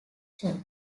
church